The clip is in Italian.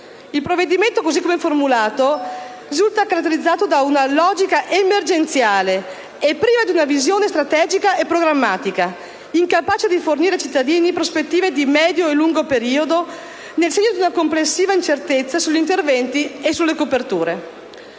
Il provvedimento, così come formulato, risulta caratterizzato da una logica emergenziale e privo di una visione strategica e programmatica, incapace di fornire ai cittadini prospettive di medio e lungo periodo nel segno di una complessiva incertezza sugli interventi e le coperture.